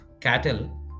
cattle